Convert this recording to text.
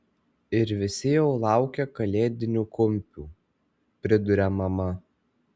ir visi jau laukia kalėdinių kumpių priduria mama